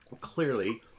Clearly